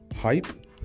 hype